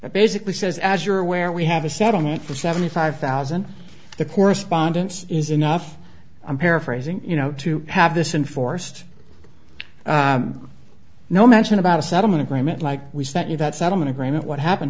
basically says as you're aware we have a settlement for seventy five thousand the correspondence is enough i'm paraphrasing you know to have this in forced no mention about a settlement agreement like we sent you that settlement agreement what happened